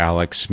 Alex